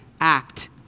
act